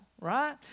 right